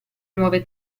nuove